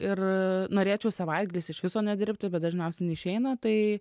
ir norėčiau savaitgaliais iš viso nedirbti bet dažniausiai neišeina tai